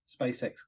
SpaceX